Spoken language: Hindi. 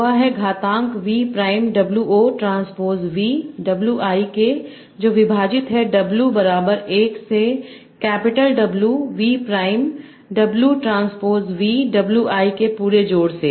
वह है घातांक V prime Wo transpose V WI के जो विभाजित है W बराबर १ से capital W V prime W transpose V WI के पूरे जोड़ से